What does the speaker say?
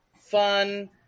fun